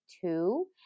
two